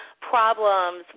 problems